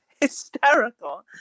hysterical